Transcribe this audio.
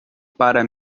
para